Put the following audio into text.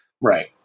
right